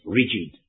rigid